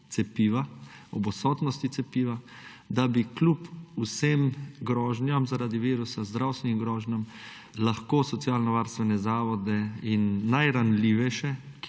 trudili ob odsotnosti cepiva, da bi kljub vsem grožnjam zaradi virusa, zdravstvenim grožnjam, lahko socialnovarstvene zavode in najranljivejše,